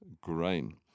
grain